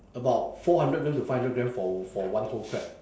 about four hundred gram to five hundred gram for for one whole crab